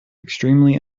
extremely